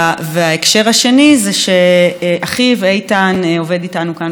וההקשר השני זה שאחיו איתן עובד איתנו כאן,